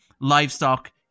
livestock